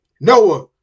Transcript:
Noah